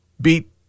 beat